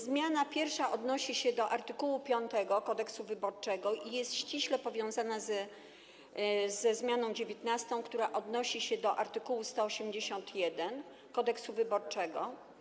Zmiana 1. odnosi się do art. 5 Kodeksu wyborczego i jest ściśle powiązana ze zmianą 19., która odnosi się do art. 181 Kodeksu wyborczego.